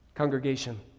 congregation